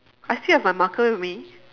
I still have my marker with me